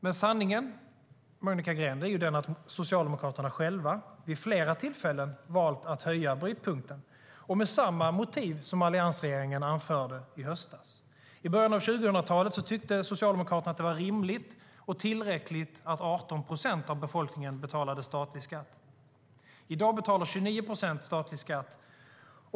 Men sanningen, Monica Green, är att Socialdemokraterna själva vid flera tillfällen har valt att höja brytpunkten med samma motiv som alliansregeringen anförde i höstas. I början av 2000-talet tyckte Socialdemokraterna att det var rimligt och tillräckligt att 18 procent av befolkningen betalade statlig skatt. I dag betalar 29 procent statlig skatt.